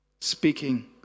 Speaking